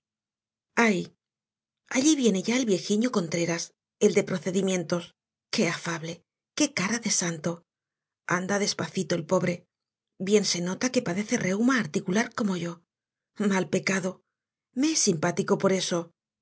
allí viene ya el viejiño contreras el de procedimientos qué afable qué cara de santo anda despacito el pobre bien se nota que padece reuma articular como yo malpecado me es simpático por eso